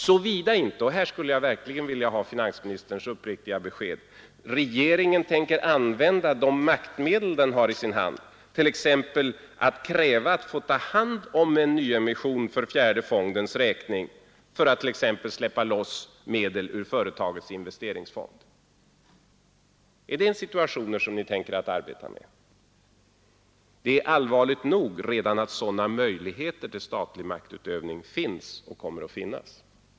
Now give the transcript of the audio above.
Såvida inte — här skulle jag verkligen vilja ha finansministerns uppriktiga besked — regeringen tänker använda de maktmedel den har i sin hand, t.ex. att kräva att få ta hand om en nyemission för fjärde fondens räkning för att släppa loss medel ur företagets investeringsfond. Är det sådana metoder ni tänker arbeta med? Det är allvarligt nog redan att sådana möjligheter till statlig maktutövning finns och kommer att finnas.